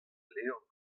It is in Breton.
levr